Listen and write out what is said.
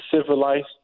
civilized